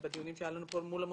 בדיונים שהיו לנו פה מול המוסדיים,